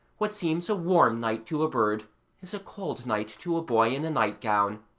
what seems a warm night to a bird is a cold night to a boy in a nightgown.